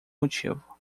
motivo